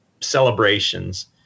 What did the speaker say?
celebrations